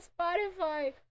Spotify